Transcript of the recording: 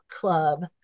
club